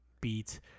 beat